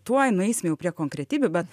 tuoj nueisim jau prie konkretybių bet